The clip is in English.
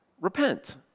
repent